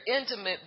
intimate